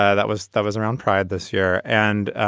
ah that was that was around pride this year. and